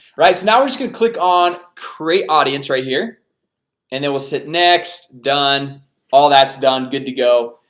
right so now we're just going to click on create audience right here and then we'll sit next done all that's done good to go.